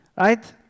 Right